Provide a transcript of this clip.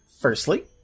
Firstly